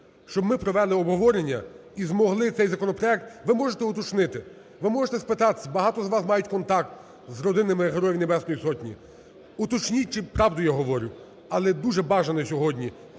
щоб ми провели обговорення і змогли цей законопроект… Ви можете уточнити, ви можете спитатися, багато з вас мають контакт з родинами Героїв Небесної Сотні. Уточніть, чи правду я говорю. Але дуже бажано сьогодні.